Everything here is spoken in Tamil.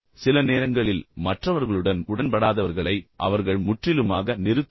சில நேரங்களில் மற்றவர்களுடன் உடன்படாதவர்களை அவர்கள் முற்றிலுமாக நிறுத்துவார்கள்